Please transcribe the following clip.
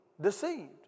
deceived